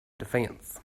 defence